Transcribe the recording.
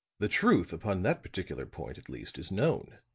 the truth, upon that particular point, at least, is known.